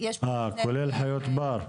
אה, כולל חיות בר.